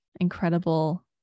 incredible